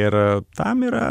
ir tam yra